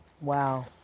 Wow